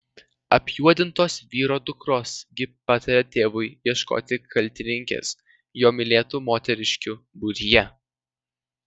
apjuodintos vyro dukros gi pataria tėvui ieškoti kaltininkės jo mylėtų moteriškių būryje